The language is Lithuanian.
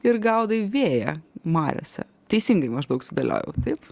ir gaudai vėją mariose teisingai maždaug sudėliojau taip